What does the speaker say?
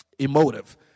emotive